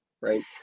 right